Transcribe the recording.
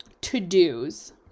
to-dos